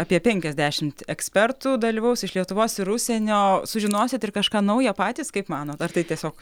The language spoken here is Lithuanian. apie penkiasdešimt ekspertų dalyvaus iš lietuvos ir užsienio sužinosit ir kažką naujo patys kaip manot ar tai tiesiog